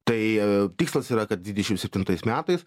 tai a tikslas yra kad dvidešimt septintais metais